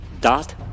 dot